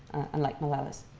unlike malalas.